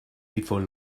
before